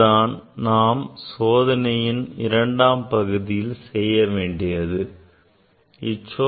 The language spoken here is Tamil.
இது நாம் சோதனையின் இரண்டாம் பகுதியில் செய்ய வேண்டியதாகும்